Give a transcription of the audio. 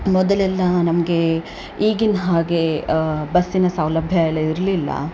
ಮೊದಲೆಲ್ಲ ನಮಗೆ ಈಗಿನ ಹಾಗೆ ಬಸ್ಸಿನ ಸೌಲಭ್ಯ ಎಲ್ಲ ಇರಲಿಲ್ಲ